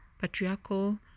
patriarchal